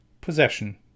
possession